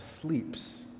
sleeps